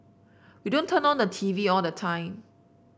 we don't turn on the T V all the time